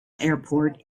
airport